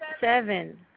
Seven